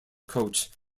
coach